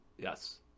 Yes